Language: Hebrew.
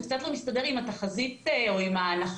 זה קצת לא מסתדר עם התחזית או עם ההנחות,